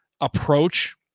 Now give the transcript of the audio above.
approach